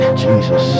jesus